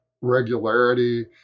regularity